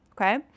Okay